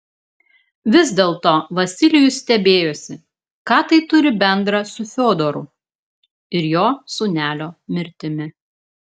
vis dėlto vasilijus stebėjosi ką tai turi bendra su fiodoru ir jo sūnelio mirtimi